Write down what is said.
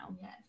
Yes